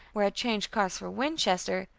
where i changed cars for winchester,